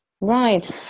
Right